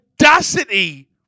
audacity